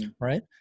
right